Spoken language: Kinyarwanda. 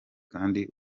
kandi